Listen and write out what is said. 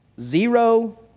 Zero